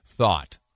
Thought